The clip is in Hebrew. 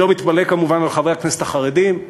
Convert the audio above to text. אני לא מתפלא כמובן על חברי הכנסת החרדים,